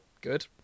Good